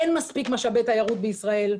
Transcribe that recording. אין מספיק משאבי תיירות בישראל,